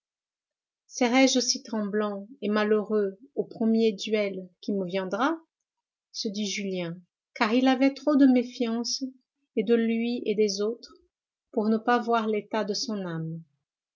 serai-je aussi tremblant et malheureux au premier duel qui me viendra se dit julien car il avait trop de méfiance et de lui et des autres pour ne pas voir l'état de son âme